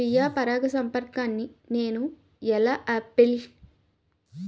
స్వీయ పరాగసంపర్కాన్ని నేను ఎలా ఆపిల్?